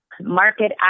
market